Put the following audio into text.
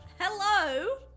Hello